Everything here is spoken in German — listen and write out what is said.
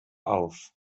auf